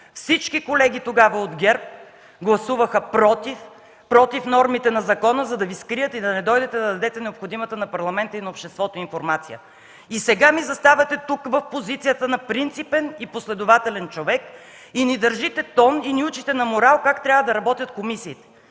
всички колеги от ГЕРБ гласуваха против нормите на закона, за да Ви скрият и да не дойдете да дадете необходимата на Парламента и на обществото информация. И сега заставате тук в позицията на принципен и последователен човек, и ни държите тон, и ни учите на морал как трябва да работят комисиите!